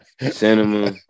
cinema